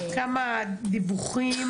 כמה דיווחים?